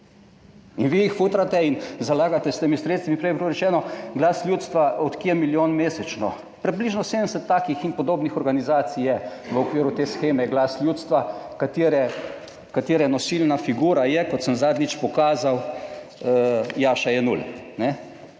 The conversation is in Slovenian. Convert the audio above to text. In vi jih futrate in zalagate s temi sredstvi. Prej je bilo rečeno Glas ljudstva od kje je milijon mesečno, približno 70 takih in podobnih organizacij je v okviru te sheme Glas ljudstva katere, katere nosilna figura je, kot sem zadnjič pokazal, Jaša Jenull.